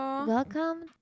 Welcome